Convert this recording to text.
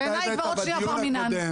בעיני היא כבר עוד שנייה בר מינן.